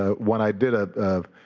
ah when i did ah